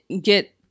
get